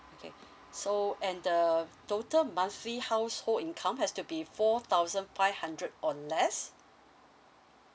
okay so and the total monthly household income has to be four thousand five hundred or less